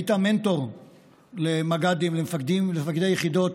היית מנטור למג"דים, למפקדים, למפקדי יחידות,